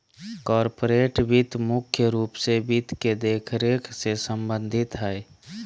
corporate वित्त मुख्य रूप से वित्त के देखरेख से सम्बन्धित हय